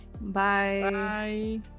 Bye